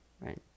right